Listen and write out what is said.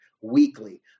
weekly